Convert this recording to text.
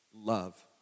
love